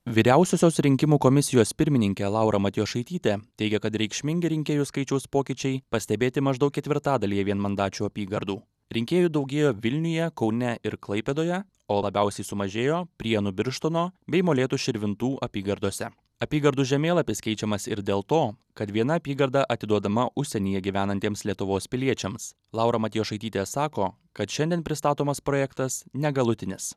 vyriausiosios rinkimų komisijos pirmininkė laura matjošaitytė teigia kad reikšmingi rinkėjų skaičiaus pokyčiai pastebėti maždaug ketvirtadalyje vienmandačių apygardų rinkėjų daugėjo vilniuje kaune ir klaipėdoje o labiausiai sumažėjo prienų birštono bei molėtų širvintų apygardose apygardų žemėlapis keičiamas ir dėl to kad viena apygarda atiduodama užsienyje gyvenantiems lietuvos piliečiams laura matjošaitytė sako kad šiandien pristatomas projektas negalutinis